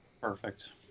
Perfect